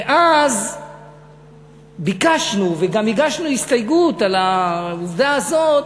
ואז ביקשנו וגם הגשנו הסתייגות על העובדה הזאת